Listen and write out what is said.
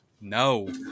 no